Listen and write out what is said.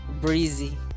breezy